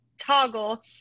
toggle